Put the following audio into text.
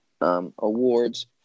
awards